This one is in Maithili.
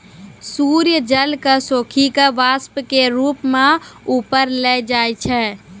सूर्य जल क सोखी कॅ वाष्प के रूप म ऊपर ले जाय छै